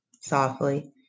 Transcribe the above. softly